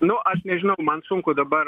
nu aš man sunku dabar